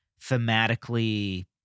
thematically